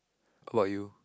what about you